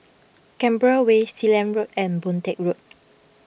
Canberra Way Sealand Road and Boon Teck Road